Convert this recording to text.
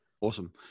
awesome